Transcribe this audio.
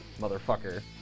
Motherfucker